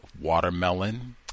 watermelon